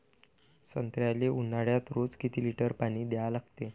संत्र्याले ऊन्हाळ्यात रोज किती लीटर पानी द्या लागते?